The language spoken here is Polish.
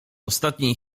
ostatniej